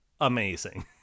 amazing